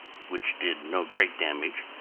which did no great damage,